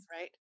right